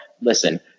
listen